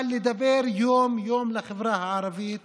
ולדבר יום-יום לחברה הערבית